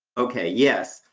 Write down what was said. okay, yes.